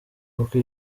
koko